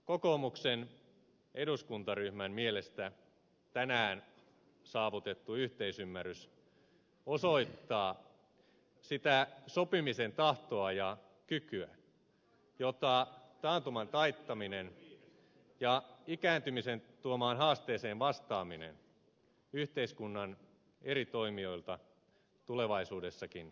kokoomuksen eduskuntaryhmän mielestä tänään saavutettu yhteisymmärrys osoittaa sitä sopimisen tahtoa ja kykyä jota taantuman taittaminen ja ikääntymisen tuomaan haasteeseen vastaaminen yhteiskunnan eri toimijoilta tulevaisuudessakin